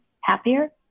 happier